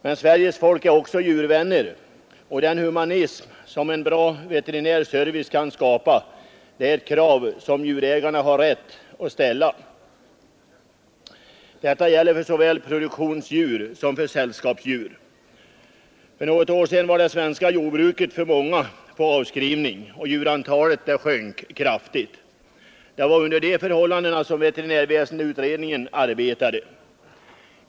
Men Sveriges folk är också djurvänner, och den humanism som en bra veterinärservice kan skapa är ett krav som djurägarna har rätt att ställa. Detta gäller för såväl produktionsdjur som för sällskapsdjur. För något år sedan var det svenska jordbruket för många på avskrivning och djurantalet sjönk kraftigt. Det var under de förhållandena som veterinärväsendeutredningen arbetade.